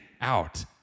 out